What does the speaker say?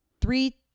three